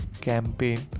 campaign